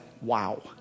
wow